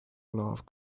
love